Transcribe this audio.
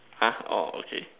!huh! oh okay